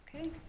Okay